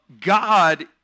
God